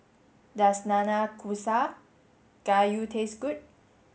does Nanakusa Gayu taste good